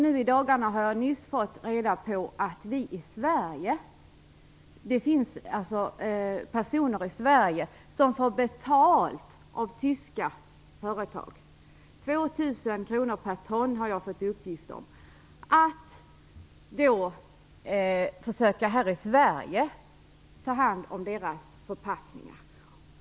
Nu i dagarna har jag fått reda på att det finns personer i Sverige som får betalt av tyska företag - jag har fått uppgift om 2 000 kr/ton - för att försöka att här i Sverige ta hand om deras förpackningar.